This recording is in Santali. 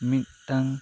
ᱢᱤᱫᱴᱟᱝ